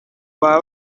baba